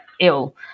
ill